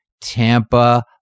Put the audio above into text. Tampa